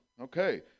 Okay